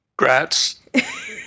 Grats